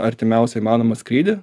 artimiausią įmanomą skrydį